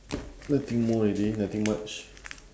nothing more already nothing much